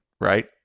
right